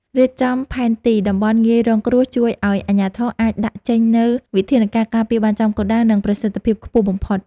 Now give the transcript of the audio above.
រៀបចំផែនទីតំបន់ងាយរងគ្រោះជួយឱ្យអាជ្ញាធរអាចដាក់ចេញនូវវិធានការការពារបានចំគោលដៅ និង មានប្រសិទ្ធភាពខ្ពស់បំផុត។